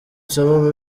nsaba